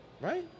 Right